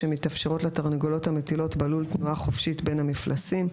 שמתאפשרת לתרנגולות המטילות בלול תנועה חופשית בין המפלסים.